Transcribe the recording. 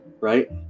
right